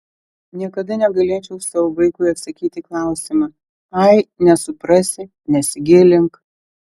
niekada negalėčiau savo vaikui atsakyti į klausimą ai nesuprasi nesigilink